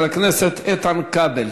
חבר הכנסת איתן כבל.